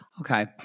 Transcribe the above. Okay